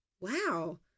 Wow